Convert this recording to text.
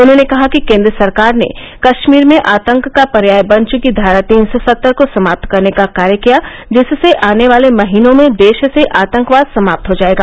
उन्होंने कहा कि केन्द्र सरकार ने कश्मीर में आतंक का पर्याय बन चुकी धारा तीन सौ सत्तर को समाप्त करने का कार्य किया जिससे आने वाले महीनों में देश से आतंकवाद समाप्त हो जायेगा